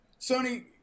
Sony